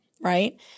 right